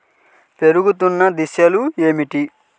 పెరుగుతున్న దశలు ఏమిటి?